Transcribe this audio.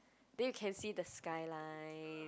then you can see the skyline